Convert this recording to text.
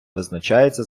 визначається